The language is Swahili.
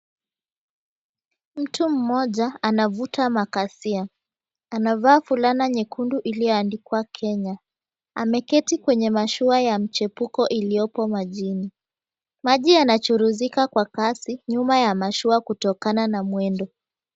Mtu mmoja anavuta makasia, anavaa fulana nyekundu iliyoandikwa Kenya. Ameketi kwenye mashua ya mchepuko iliyopo majini. Maji yanachuruzika kwa kasi nyuma ya mashua kutokana na mwendo.